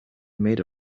made